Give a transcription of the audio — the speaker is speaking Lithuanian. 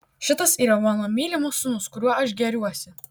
šitas yra mano mylimas sūnus kuriuo aš gėriuosi